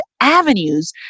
avenues